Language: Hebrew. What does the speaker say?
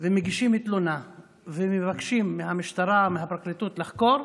ומגישות תלונה ומבקשות מהמשטרה ומהפרקליטות לחקור,